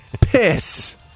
piss